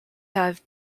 have